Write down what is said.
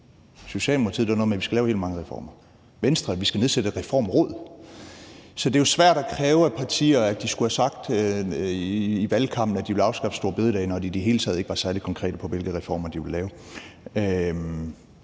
Socialdemokratiet sagde noget med, at vi skal lave vildt mange reformer. Venstre sagde, at vi skal nedsætte et reformråd. Så det er jo svært at kræve af partier, at de skulle have sagt i valgkampen, at de ville afskaffe store bededag, når de i det hele taget ikke var særlig konkrete på, hvilke reformer de ville lave.